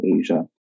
Asia